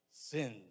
sin